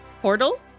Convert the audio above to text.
portal